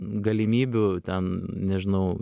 galimybių ten nežinau